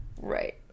right